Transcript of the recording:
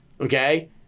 okay